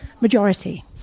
majority